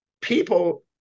people